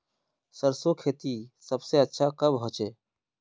सरसों खेती सबसे अच्छा कब होचे?